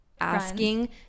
asking